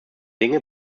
dinge